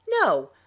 No